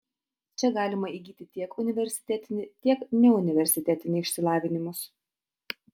čia galima įgyti tiek universitetinį tiek neuniversitetinį išsilavinimus